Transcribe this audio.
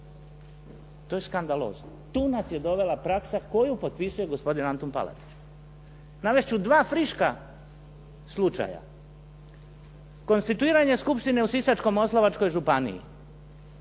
To je skandalozno. Tu nas je dovela praksa koju potpisuje gospodin Antun Palarić. Navest ću dva friška slučaja. Konstituiranje skupštine u Sisačko-moslavačkoj županiji